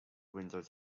windows